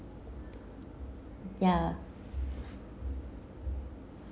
ya